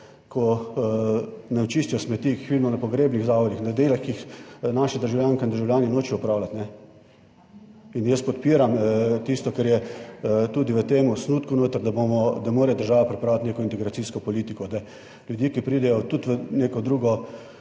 ko nam čistijo smeti, jih vidimo na pogrebnih zavodih, na delih, ki jih naše državljanke in državljani nočejo opravljati. Jaz podpiram tisto, kar je tudi v tem osnutku noter, da mora država pripraviti neko integracijsko politiko, da ljudi, ki pridejo tudi v neko drugo,